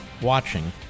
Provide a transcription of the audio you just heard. watching